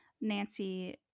Nancy